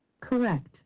Correct